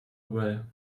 well